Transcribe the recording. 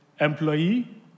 employee